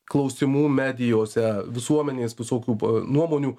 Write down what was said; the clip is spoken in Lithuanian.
klausimų medijose visuomenės visokių nuomonių